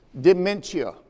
dementia